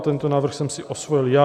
Tento návrh jsem si osvojil já.